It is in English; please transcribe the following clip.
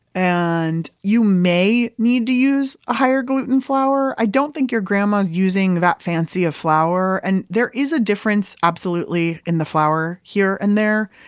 and you may need to use a higher gluten flour. i don't think your grandma's using that fancy of flour. and there is a difference absolutely, in the flour here and there,